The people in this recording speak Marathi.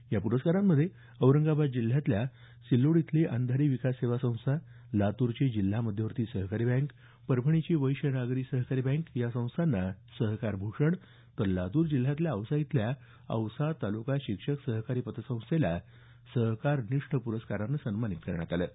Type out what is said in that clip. या पुरस्कारांमध्ये औरंगाबाद जिल्ह्यातल्या सिल्लोडची अंधारी विकास सेवा संस्था लातूरची जिल्हा मध्यवर्ती सहकारी बँक परभणीची वैश्य नागरी सहकारी बँक या संस्थांना सहकार भूषण तर लातूर जिल्ह्यातल्या औसा इथल्या औसा ताल्का शिक्षक सहकारी पतसंस्थेला सहकार निष्ठ पुरस्कारांन सन्मानित करण्यात आलं आहे